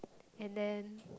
and then